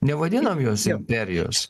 nevadinam jos imperijos